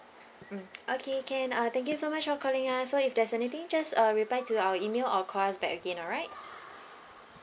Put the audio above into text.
mm okay can uh thank you so much of calling us so if there's anything just uh reply to our email or call us back again alright